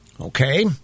Okay